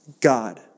God